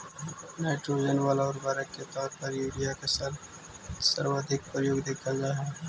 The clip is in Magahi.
नाइट्रोजन वाला उर्वरक के तौर पर यूरिया के सर्वाधिक प्रयोग देखल जा हइ